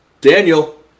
Daniel